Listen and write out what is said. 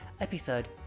episode